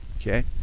Okay